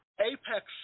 Apex